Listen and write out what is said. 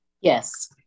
yes